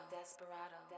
Desperado